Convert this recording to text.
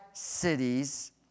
cities